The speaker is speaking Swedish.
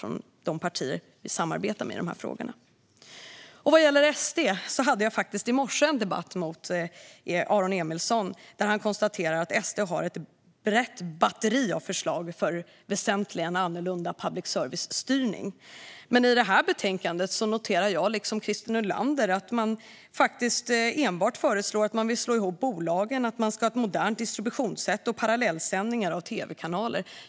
Vad gäller Sverigedemokraterna hade jag faktiskt i morse en debatt mot Aron Emilsson där han konstaterade att SD har ett brett batteri av förslag för en väsentligen annorlunda public service-styrning. Men jag, liksom Christer Nylander, noterar att man i det här betänkandet faktiskt enbart föreslår att bolagen ska slås ihop och att man ska ha ett modernt distributionssätt och parallellsändningar av tv-kanaler.